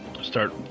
start